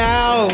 Now